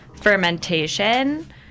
fermentation